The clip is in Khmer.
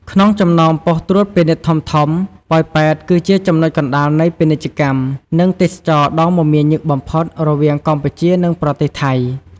ក្នុងចំណោមប៉ុស្តិ៍ត្រួតពិនិត្យធំៗ ប៉ោយប៉ែត គឺជាចំណុចកណ្តាលនៃពាណិជ្ជកម្ម និងទេសចរណ៍ដ៏មមាញឹកបំផុតរវាងកម្ពុជា និងប្រទេសថៃ។